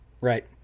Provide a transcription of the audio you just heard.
Right